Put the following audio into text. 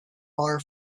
far